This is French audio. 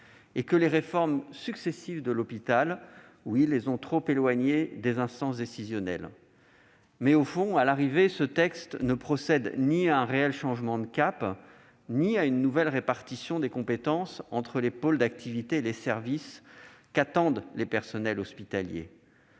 et que les réformes successives de l'hôpital les ont trop éloignés des instances décisionnelles. Mais, au fond, ce texte ne procède ni à un réel changement de cap ni à une nouvelle répartition des compétences entre les pôles d'activité et les services qu'attendent pourtant les personnels hospitaliers.